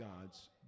God's